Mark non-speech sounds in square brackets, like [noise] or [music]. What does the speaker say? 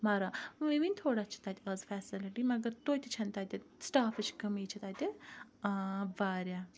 مَران [unintelligible] تھوڑا چھِ تَتہِ آز فیسِلِٹی مَگَر تویتہِ چھَنہٕ تَتہِ سٹافِچ کمی چھِ تَتہِ واریاہ